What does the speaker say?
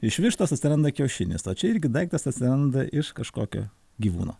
iš vištos atsiranda kiaušinis o čia irgi daiktas atsiranda iš kažkokio gyvūno